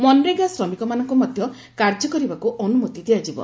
ମନରେଗା ଶ୍ରମିକମାନଙ୍କୁ ମଧ୍ୟ କାର୍ଯ୍ୟ କରିବାକୁ ଅନୁମତି ଦିଆଯିବ